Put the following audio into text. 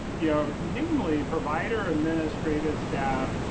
you know, namely provider administrative staff.